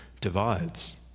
divides